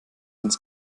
ins